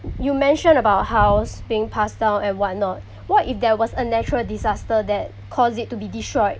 you mentioned about house being passed down and what not what if there was a natural disaster that cause it to be destroyed